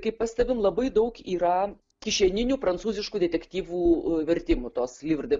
kaip pastebim labai daug yra kišeninių prancūziškų detektyvų vertimų tos livr de